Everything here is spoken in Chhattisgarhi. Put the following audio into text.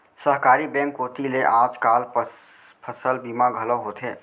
सहकारी बेंक कोती ले आज काल फसल बीमा घलौ होवथे